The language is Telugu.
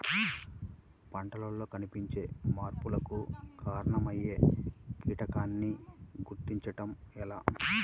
పంటలలో కనిపించే మార్పులకు కారణమయ్యే కీటకాన్ని గుర్తుంచటం ఎలా?